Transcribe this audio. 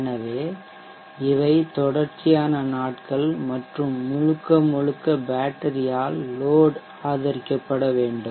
எனவே இவை தொடர்ச்சியான நாட்கள் மற்றும் முழுக்க முழுக்க பேட்டரியால் லோட் ஆதரிக்கப்பட வேண்டும்